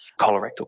colorectal